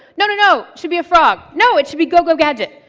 no, no, no! should be a frog! no. it should be go go gadget!